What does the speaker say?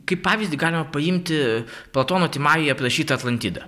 kaip pavyzdį galima paimti platono timajuje aprašytą atlantidą